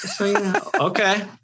okay